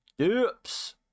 Oops